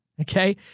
Okay